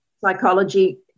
psychology